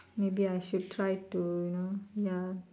maybe I should try to you know ya